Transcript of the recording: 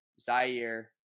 Zaire